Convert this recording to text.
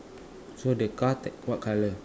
so the car take what colour